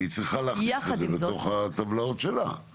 והיא צריכה להכניס את זה בתוך הטבלאות שלה,